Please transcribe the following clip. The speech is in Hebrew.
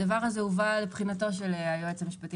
הדבר הזה הובא לבחינתו של היועץ המשפטי